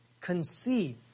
conceive